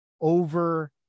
over